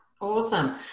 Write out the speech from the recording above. Awesome